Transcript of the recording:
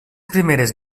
primeres